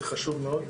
זה חשוב מאוד,